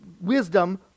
wisdom